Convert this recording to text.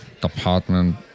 Department